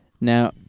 now